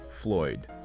Floyd